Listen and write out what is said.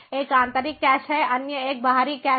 एक आंतरिक कैश है अन्य एक बाहरी कैश है